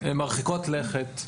מרחיקות לכת,